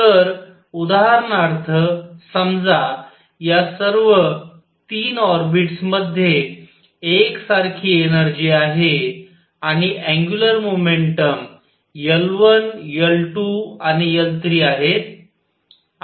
तर उदाहरणार्थ समजा या सर्व 3 ऑर्बिटस मध्ये एकसारखी एनर्जी आहे आणि अँग्युलर मोमेंटम L1 L2 आणि L3 आहेत